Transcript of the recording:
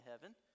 heaven